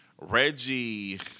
Reggie